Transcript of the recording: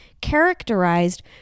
characterized